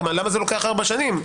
למה זה לוקח ארבע שנים?